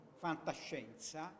fantascienza